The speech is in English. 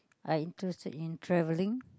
I interested in travelling